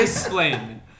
Explain